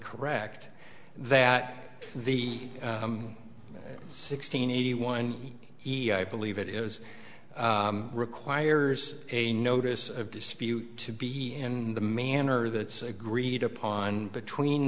correct that the sixteen eighty one he believe it is requires a notice of dispute to be in the manner that it's agreed upon between